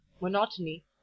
monotony